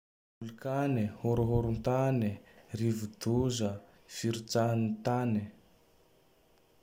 Volkane, horohoron-tane, rivo-doza, firotsahan tane.